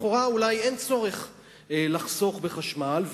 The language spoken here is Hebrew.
לכאורה אולי אין צורך לחסוך בחשמל,